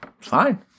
Fine